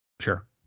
Sure